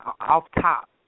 off-top